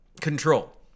control